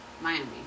Miami